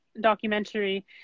Documentary